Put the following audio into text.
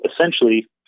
essentially